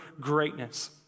greatness